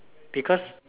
because